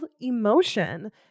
emotion